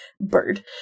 bird